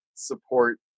support